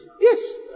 Yes